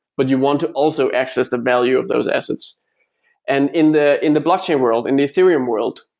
but you want to also access the value of those assets and in the in the blockchain world, in the ethereum world,